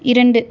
இரண்டு